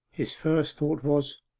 his first thought was,